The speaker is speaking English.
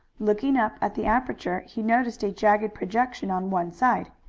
looking up at the aperture he noticed a jagged projection on one side.